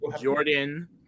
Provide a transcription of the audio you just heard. Jordan